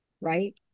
right